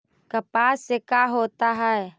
कपास से का होता है?